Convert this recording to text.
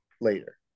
later